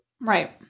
Right